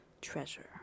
treasure